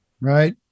right